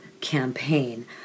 campaign